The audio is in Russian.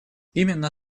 именно